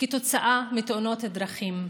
כתוצאה מתאונות דרכים.